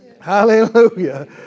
Hallelujah